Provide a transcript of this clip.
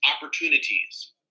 opportunities